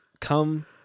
Come